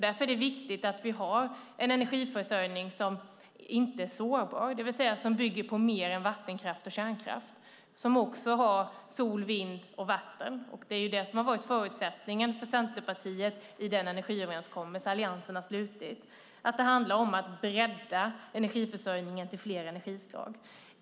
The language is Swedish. Därför är det viktigt att vi har en energiförsörjning som inte är sårbar, det vill säga som bygger på mer än vattenkraft och kärnkraft och som också har sol, vind och vatten. Förutsättningen för Centerpartiet i den energiöverenskommelse som Alliansen har slutit är att det handlar om att bredda energiförsörjningen till fler energislag.